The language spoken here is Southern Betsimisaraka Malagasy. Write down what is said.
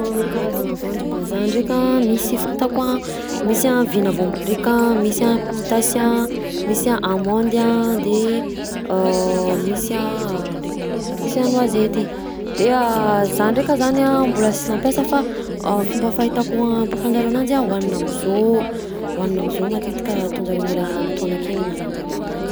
Karazagna voanjom-bazaha ndraika misy fantako a: misy a vina voambarika, misy a pistasy a, misy a amande a de misy a misy a noisetty, de za ndraika zany a mbôla sy nampiasa fa fomba fahitako ampian'jareo ananjy a hohanina am'zao, hohanina am'zao matetika ataon'jareo agnelagnelam-potoana akegny ihinanan'jareo ananjy.